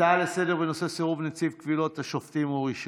הצעה לסדר-היום בנושא סירוב קבילות השופטים אורי שהם,